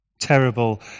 Terrible